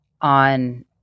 on